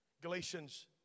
Galatians